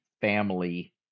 family